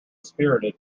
spirited